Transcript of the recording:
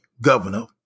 governor